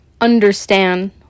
understand